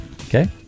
Okay